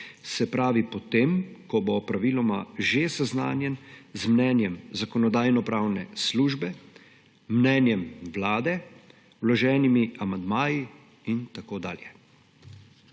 se pravi potem, ko bo praviloma že seznanjen z mnenjem Zakonodajno-pravne službe, mnenjem Vlade, vloženimi amandmaji in tako dalje.